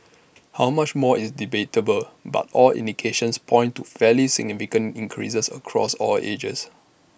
how much more is debatable but all indications point to fairly significant increases across all ages